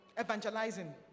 evangelizing